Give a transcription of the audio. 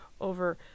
over